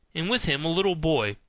and with him a little boy,